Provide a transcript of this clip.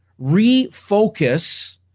Refocus